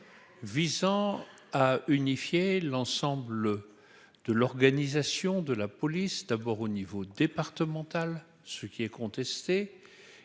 visant à unifier l'ensemble de l'organisation de la police, d'abord au niveau départemental, ce qui est contesté